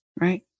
right